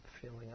feeling